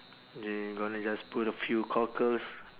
they gonna just put a few cockles